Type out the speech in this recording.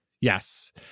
yes